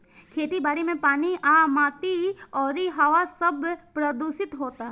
खेती बारी मे पानी आ माटी अउरी हवा सब प्रदूशीत होता